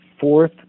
fourth